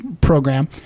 program